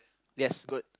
yes good